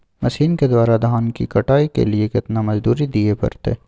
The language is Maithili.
मसीन के द्वारा धान की कटाइ के लिये केतना मजदूरी दिये परतय?